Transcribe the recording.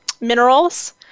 minerals